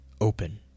Open